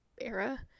era